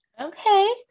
okay